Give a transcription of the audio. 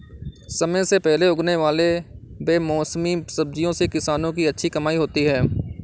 समय से पहले उगने वाले बेमौसमी सब्जियों से किसानों की अच्छी कमाई होती है